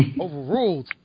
overruled